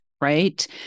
right